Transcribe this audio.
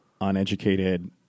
uneducated